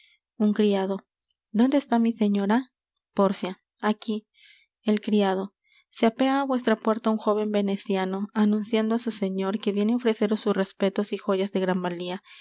un criado dónde está mi señora pórcia aquí el criado se apea á vuestra puerta un jóven veneciano anunciando á su señor que viene á ofreceros sus respetos y joyas de gran valía